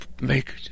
make